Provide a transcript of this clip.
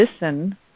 listen